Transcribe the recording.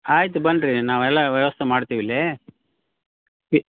ಆಯಿತು ಬನ್ನಿರಿ ನಾವೆಲ್ಲ ವ್ಯವಸ್ಥೆ ಮಾಡ್ತೀವಿಲ್ಲಿ